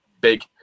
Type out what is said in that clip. big